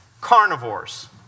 carnivores